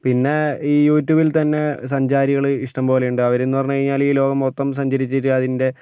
പിന്നെ ഈ യുട്യൂബിൽ തന്നെ സഞ്ചാരികൾ ഇഷ്ടം പോലെ ഉണ്ട് അവരിന്ന് പറഞ്ഞ് കഴിഞ്ഞാൽ ഈ ലോകം മൊത്തം സഞ്ചരിച്ചിട്ട് അതിൻ്റെ